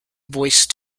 voice